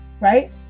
right